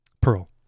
Pearl